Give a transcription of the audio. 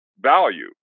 value